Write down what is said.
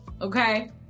okay